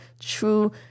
true